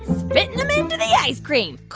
spitting them into the ice cream